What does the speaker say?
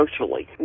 socially